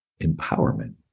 empowerment